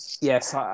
Yes